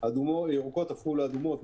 ירוקות הפכו לאדומות,